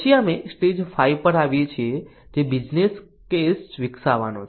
પછી અમે સ્ટેજ 5 પર આવીએ છીએ જે બિઝનેસ કેસ વિકસાવવાનો છે